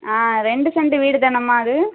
ஆ ரெண்டு செண்டு வீடுதானேம்மா அது